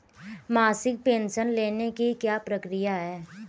मासिक पेंशन लेने की क्या प्रक्रिया है?